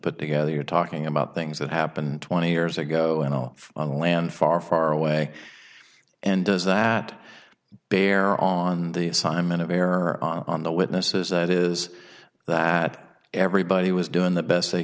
but together you're talking about things that happened twenty years ago in our own land far far away and does that bear on the assignment of error on the witnesses that is that everybody was doing the best they